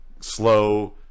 slow